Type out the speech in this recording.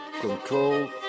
control